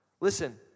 Listen